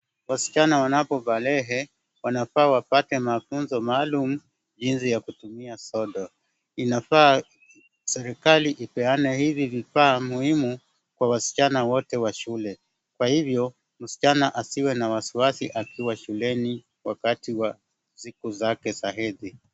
Wasichana wanapobalehe wanafaa wapate mafunzo maalum jinsi ya kutumia sodo. Inafaa serekali ipeane hizi vifaa muhimu kwa wasichana wote wa shule kwa hivyo msichana asiwe na wasiwasi akiwa shuleni wakati wa siku zake za hedhi.